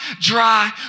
dry